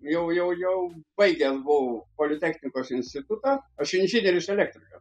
jau jau baigęs buvau politechnikos institutą aš inžinierius elektrikas